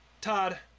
Todd